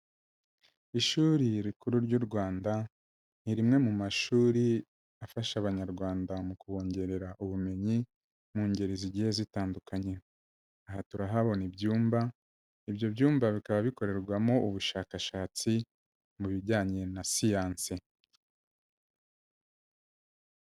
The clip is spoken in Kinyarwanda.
Ishuri rikuru ry'u Rwanda, ni rimwe mu mashuri afasha abanyarwanda mu kobongerera ubumenyi mu ngeri zigiye zitandukanye. Aha turahabona ibyumba, ibyo byumba bikaba bikorerwamo ubushakashatsi mu bijyanye na siyanse.